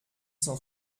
cent